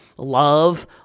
love